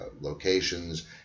locations